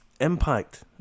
impact